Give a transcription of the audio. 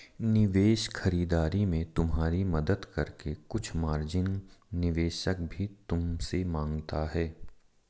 निवेश खरीदारी में तुम्हारी मदद करके कुछ मार्जिन निवेशक भी तुमसे माँगता है